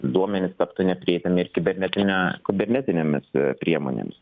duomenys taptų neaprėpiami ir kibernetinio kabinetinėmis priemonėms